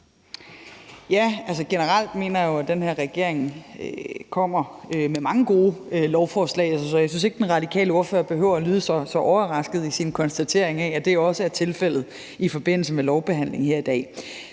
Løhde): Generelt mener jeg jo, at den her regering kommer med mange gode lovforslag. Jeg synes ikke, den radikale ordfører behøver lyde så overrasket i sin konstatering af, at det også er tilfældet i forbindelse med lovbehandlingen her i dag.